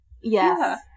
Yes